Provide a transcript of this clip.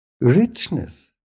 richness